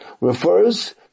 refers